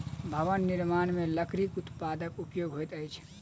भवन निर्माण मे लकड़ीक उत्पादक उपयोग होइत अछि